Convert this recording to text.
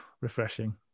refreshing